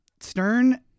Stern